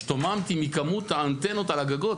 השתוממתי מכמות האנטנות על הגגות.